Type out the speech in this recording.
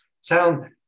sound